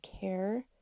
care